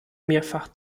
mehrfach